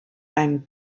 einem